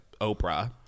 Oprah